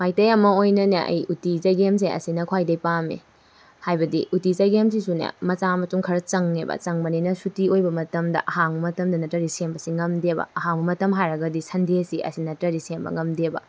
ꯃꯩꯇꯩ ꯑꯃ ꯑꯣꯏꯅꯅꯦ ꯑꯩ ꯎꯇꯤ ꯆꯒꯦꯝꯁꯦ ꯑꯁꯤꯅ ꯈ꯭ꯋꯥꯏꯗꯩ ꯄꯥꯝꯃꯤ ꯍꯥꯏꯕꯗꯤ ꯎꯇꯤ ꯆꯒꯦꯝꯁꯤꯁꯨꯅꯦ ꯃꯆꯥꯛ ꯃꯊꯨꯝ ꯈꯔ ꯆꯪꯉꯦꯕ ꯆꯪꯕꯅꯤꯅ ꯁꯨꯇꯤ ꯑꯣꯏꯕ ꯃꯇꯝꯗ ꯑꯍꯥꯡꯕ ꯃꯇꯝꯗ ꯅꯠꯇ꯭ꯔꯗꯤ ꯁꯦꯝꯕꯁꯦ ꯉꯝꯗꯦꯕ ꯑꯍꯥꯡꯕ ꯃꯇꯝ ꯍꯥꯏꯔꯒꯗꯤ ꯁꯟꯗꯦꯁꯤ ꯑꯁꯤ ꯅꯠꯇ꯭ꯔꯗꯤ ꯁꯦꯝꯕ ꯉꯝꯗꯦꯕ